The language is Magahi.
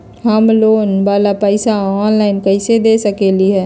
हम लोन वाला पैसा ऑनलाइन कईसे दे सकेलि ह?